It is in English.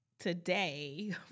today